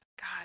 God